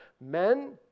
Men